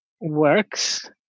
works